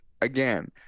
again